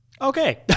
Okay